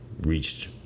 reached